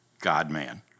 God-man